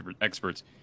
experts